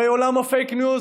הרי עולם הפייק ניוז,